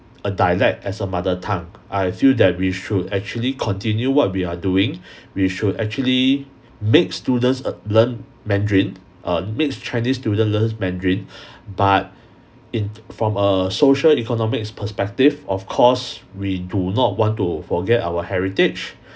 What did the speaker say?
a dialect as a mother tongue I feel that we should actually continue what we are doing we should actually make students uh learn mandarin err make chinese students learn mandarin but in from a social economics perspective of course we do not want to forget our heritage